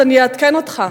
אז אני אעדכן אותך.